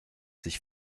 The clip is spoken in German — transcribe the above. sich